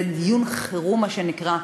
זה דיון חירום, מה שנקרא.